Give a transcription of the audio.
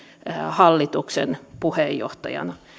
hallituksen puheenjohtajana